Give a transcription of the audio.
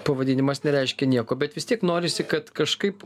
pavadinimas nereiškia nieko bet vis tiek norisi kad kažkaip